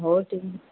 ହଉ ଠିକ୍